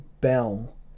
bell